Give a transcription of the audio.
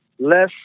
Less